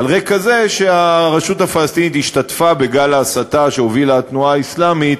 על רקע זה שהרשות הפלסטינית השתתפה בגל ההסתה שהובילה התנועה האסלאמית,